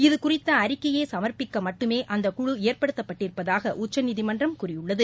இதுகுறித்த அறிக்கை சமர்ப்பிக்க மட்டுமே அந்த குழு ஏற்படுத்தப்பட்டிருப்பதாக உச்சநீதிமன்றம் கூறியுள்ளது